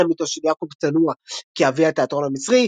המיתוס של יעקוב צנוע כאבי התיאטרון המצרי,